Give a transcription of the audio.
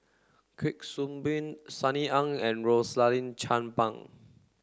Kuik Swee Boon Sunny Ang and Rosaline Chan Pang